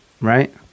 Right